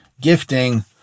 gifting